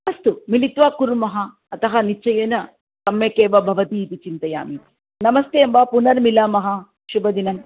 अस्तु मिलित्वा कुर्मः अतः निश्चयेन सम्यक् एव भवति इति चिन्तयामि नमस्ते अम्ब पुनर्मिलामः शुभदिनम्